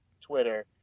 Twitter